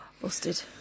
Busted